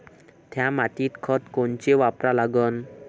थ्या मातीत खतं कोनचे वापरा लागन?